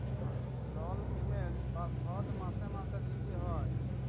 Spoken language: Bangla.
লল পেমেল্ট বা শধ মাসে মাসে দিইতে হ্যয়